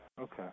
Okay